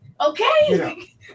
Okay